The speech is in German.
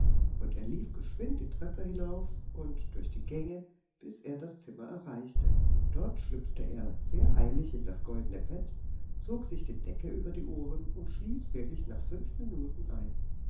und er lief geschwind die treppe hinauf und durch die gänge bis er das zimmer erreichte dort schlüpfte er sehr eilig in das goldene bett zog sich die decke über die ohren und schlief wirklich nach fünf minuten ein